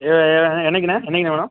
என்னைக்குண்ண என்னைக்குண்ண வேணும்